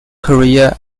career